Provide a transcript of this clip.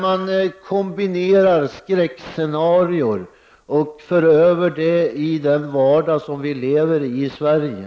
Man sammanställer skräckscenarion, som man sedan för över till den vardag som vi lever i här i Sverige.